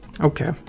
Okay